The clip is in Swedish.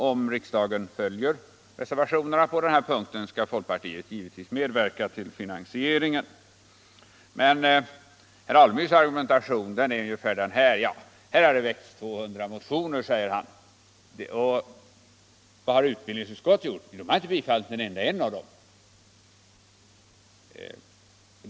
Om riksdagen följer reservationerna på den här punkten skall folkpartiet givetvis medverka till finansieringen. Men herr Alemyrs argumentering är ungefär den här: Ja, här har det väckts 200 motioner. Vad har utbildningsutskottet gjort? Jo, det har inte biträtt en enda av dem.